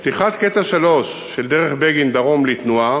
פתיחת קטע 3 של בגין-דרום לתנועה